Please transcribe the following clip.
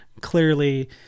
clearly